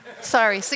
Sorry